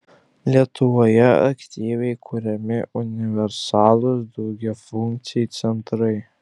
lietuvoje aktyviai kuriami universalūs daugiafunkciai centrai